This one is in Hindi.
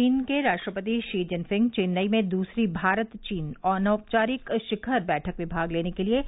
चीन के राष्ट्रपति शी चिनफिंग चेन्नई में दूसरी भारत चीन अनौपचारिक शिखर बैठक में भाग लेने के लिए